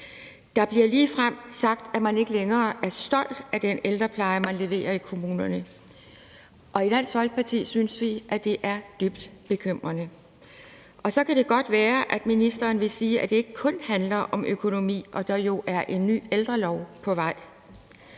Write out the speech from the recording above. Der bliver ligefrem sagt, at man ikke længere er stolt af den ældrepleje, man leverer i kommunerne, og i Dansk Folkeparti synes vi, at det er dybt bekymrende. Og så kan det godt være, at ministeren vil sige, at det ikke kun handler om økonomi, og at der jo er en ny ældrelov på vej.